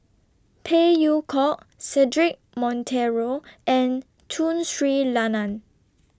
Phey Yew Kok Cedric Monteiro and Tun Sri Lanang